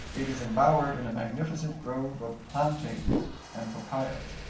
it is embowered in a magnificent grove of plantains and papayas.